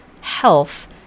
health